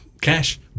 cash